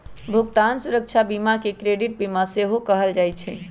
भुगतान सुरक्षा बीमा के क्रेडिट बीमा सेहो कहल जाइ छइ